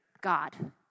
God